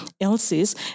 else's